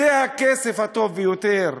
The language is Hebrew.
זה הכסף הטוב ביותר.